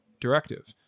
directive